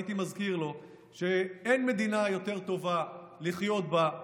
הייתי מזכיר לו שאין מדינה יותר טובה לחיות בה,